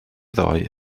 ddoe